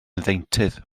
ddeintydd